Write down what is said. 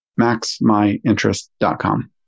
Maxmyinterest.com